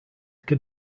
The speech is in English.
can